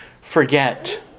forget